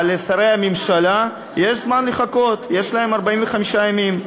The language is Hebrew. אבל לשרי הממשלה יש זמן לחכות, יש להם 45 ימים.